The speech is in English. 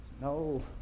No